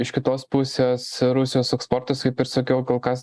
iš kitos pusės rusijos eksportas kaip ir sakiau kol kas